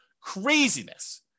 Craziness